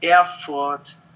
Erfurt